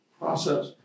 process